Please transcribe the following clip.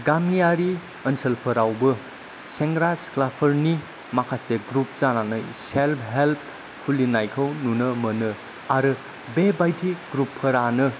गामियारि ओनसोलफोरावबो सेंग्रा सिख्लाफोरनि माखासे ग्रुप जानानै सेल्फ हेल्प खुलिनायखौ नुनो मोनो आरो बेबायदि ग्रुपफोरानो